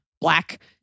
black